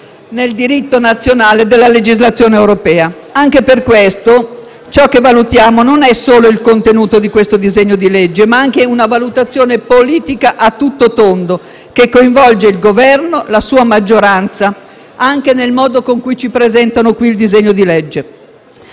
nel diritto nazionale della legislazione europea. Per questo, ciò che valutiamo non è solo il contenuto di questo disegno di legge, ma anche una valutazione politica a tutto tondo, che coinvolge il Governo e la sua maggioranza, anche nel modo con cui ci presentano qui il disegno di legge.